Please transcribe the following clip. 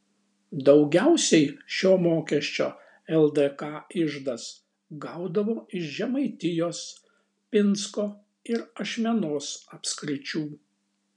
daugiausiai šio mokesčio ldk iždas gaudavo iš žemaitijos pinsko ir ašmenos apskričių